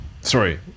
sorry